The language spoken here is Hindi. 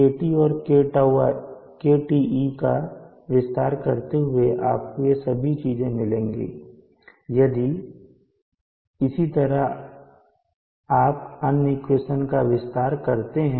KT और KTe का विस्तार करते हुए आपको ये सभी चीजें मिलेंगी इसी तरह यदि आप अन्य इक्वेशन का विस्तार करते हैं